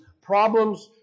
problems